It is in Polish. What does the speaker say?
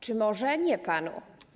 Czy może nie panu?